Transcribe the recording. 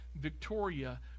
Victoria